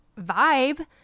vibe